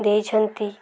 ଦେଇଛନ୍ତି